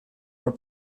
were